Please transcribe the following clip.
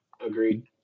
Agreed